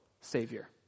savior